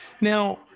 Now